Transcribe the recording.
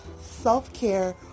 self-care